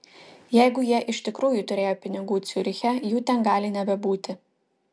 jeigu jie iš tikrųjų turėjo pinigų ciuriche jų ten gali nebebūti